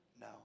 no